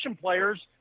players